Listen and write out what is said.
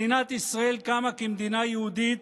מדינת ישראל קמה כמדינה יהודית,